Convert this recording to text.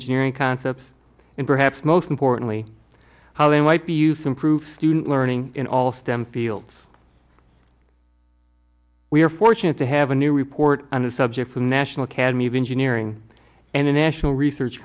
engineering concepts and perhaps most importantly how they might be use improve student learning in all stem fields we are fortunate to have a new report on the subject from national academy of engineering and the national research